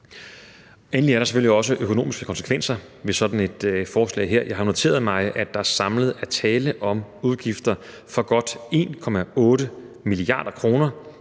Endelig er der selvfølgelig også økonomiske konsekvenser ved sådan et forslag her. Jeg har noteret mig, at der samlet er tale om udgifter for godt 1,8 mia. kr.